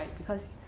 because,